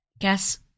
Guess